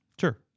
Sure